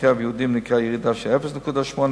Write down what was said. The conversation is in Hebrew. בקרב יהודים ניכרה ירידה של 0.8%,